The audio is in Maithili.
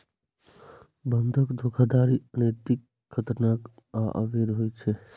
बंधक धोखाधड़ी अनैतिक, खतरनाक आ अवैध होइ छै